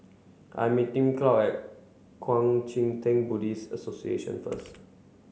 I'm meeting Claude at Kuang Chee Tng Buddhist Association first